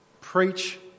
Preach